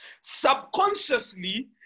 Subconsciously